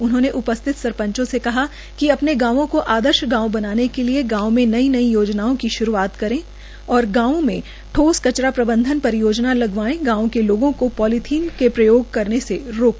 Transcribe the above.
उन्होंने उपस्थित सरपंचों से कहा कि अपने गांवो को आदर्श गांव बनाने के लिए गांव में नई नई योजनाओं की श्रूआत करे गांव मे ठोस व कचरा प्रबंधन परियोजना लगवाएं गांव के लोगों को पालिथीन के प्रयोग करने से रोके